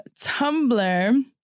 Tumblr